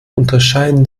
unterscheiden